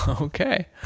Okay